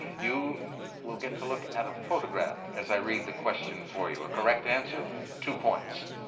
you will get to look at a photograph as i read the question for you. a correct answer, two points.